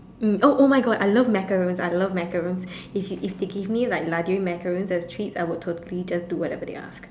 mm oh !oh-my-God! I love macarons I love macarons if if they give me like Laduree macarons as treats I will totally do whatever they ask